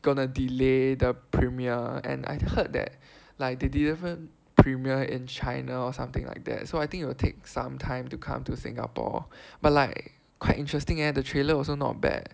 gonna delay the premier and I heard that like they didn't even premier in China or something like that so I think it will take some time to come to Singapore but like quite interesting leh the trailer also not bad